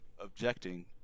Objecting